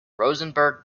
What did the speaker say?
rosenberg